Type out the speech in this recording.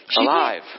alive